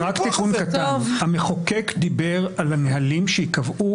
רק תיקון קטן: המחוקק דיבר על הנהלים שייקבעו,